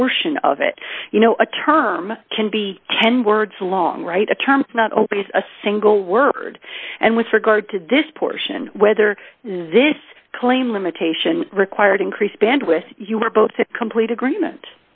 portion of it you know a term can be ten words long right a term not open to a single word and with regard to this portion whether this claim limitation required increase bandwidth you were both to complete agreement